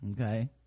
okay